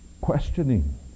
questioning